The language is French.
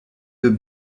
deux